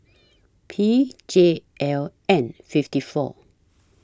P J L N fifty four